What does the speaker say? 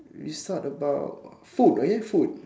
we start about food okay food